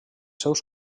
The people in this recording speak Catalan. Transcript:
seus